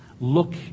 look